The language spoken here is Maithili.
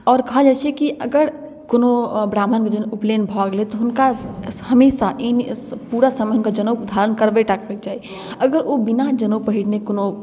आओर कहल जाइ छै कि अगर कोनो ब्राह्मण जे उपनैन भऽ गेलै तऽ हुनका हमेशा पूरा समय हुनका जनउ धारण करबेटा करैके चाही अगर ओ बिना जनउ पहिरने कोनो